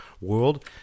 world